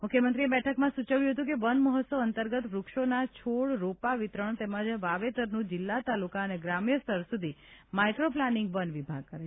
મુખ્યમંત્રીશ્રીએ બેઠકમાં સુચવ્યું હતું કે વન મહોત્સવ અંતર્ગત વૃક્ષોના છોડ રોપા વિતરણ તેમજ વાવેતરનું જિલ્લા તાલુકા અને ગ્રામ્યસ્તર સુધી માઇક્રોપ્લાર્નીંગ વન વિભાગ કરે